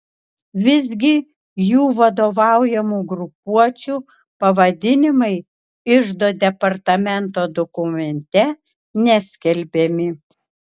visgi jų vadovaujamų grupuočių pavadinimai iždo departamento dokumente neskelbiami